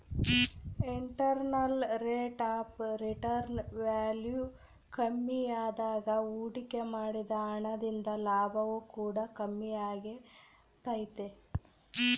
internal rate of return value ಕಮ್ಮಿಯಾದಾಗ ಹೂಡಿಕೆ ಮಾಡಿದ ಹಣ ದಿಂದ ಲಾಭವು ಕೂಡ ಕಮ್ಮಿಯಾಗೆ ತೈತೆ